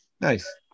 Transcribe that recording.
nice